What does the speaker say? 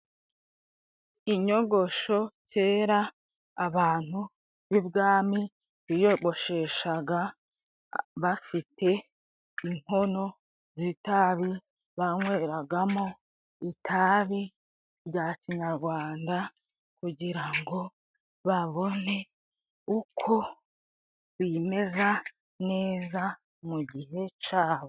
Inyogosho kera abantu b'ibwami biyogosheshaga bafite inkono z'itabi banyweragamo itabi rya kinyarwanda kugira ngo babone uko bimeza neza mu gihe cyabo.